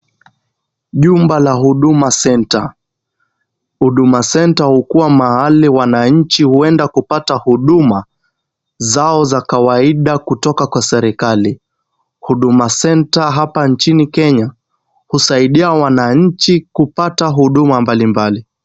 Jumba la huduma centre, huduma center hukuwa mahali wananchi huenda kupata huduma zao za kawaida kutoka kwa serikali, huduma centre hapa nchini Kenya husaidia wananchi kupata huduma mbali mbali.